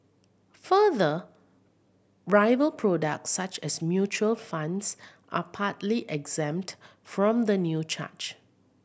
further rival products such as mutual funds are partly exempt from the new charge